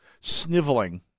sniveling